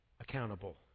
accountable